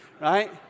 Right